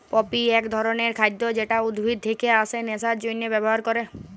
poppy এক ধরণের খাদ্য যেটা উদ্ভিদ থেকে আসে নেশার জন্হে ব্যবহার ক্যরে